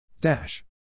Dash